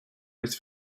with